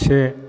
से